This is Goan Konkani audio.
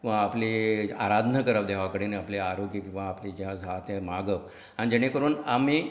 किंवां आपली आराधनां करप देवा कडेन आपले आरोग्य किंवां आपले जे जें आसा तें मागप आनी जेणे करून आमी